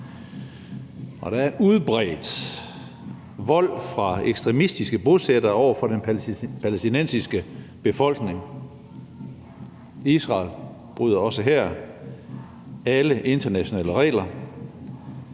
Der er udbredt vold fra ekstremistiske bosættere over for den palæstinensiske befolkning. Israel bryder også her alle internationale regler.